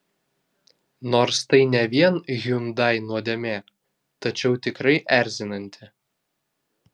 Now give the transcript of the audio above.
nors tai ne vien hyundai nuodėmė tačiau tikrai erzinanti